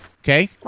Okay